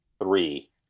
three